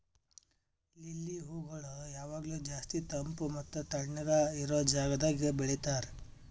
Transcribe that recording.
lily ಹೂಗೊಳ್ ಯಾವಾಗ್ಲೂ ಜಾಸ್ತಿ ತಂಪ್ ಮತ್ತ ತಣ್ಣಗ ಇರೋ ಜಾಗದಾಗ್ ಬೆಳಿತಾರ್